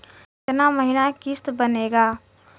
कितना महीना के किस्त बनेगा?